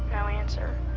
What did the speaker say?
no answer.